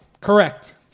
Correct